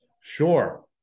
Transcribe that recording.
Sure